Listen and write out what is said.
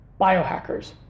biohackers